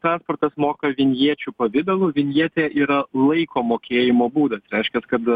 transportas moka vinječių pavidalu vinjetė yra laiko mokėjimo būdas reiškias kad